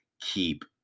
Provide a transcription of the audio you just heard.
keep